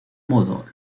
modo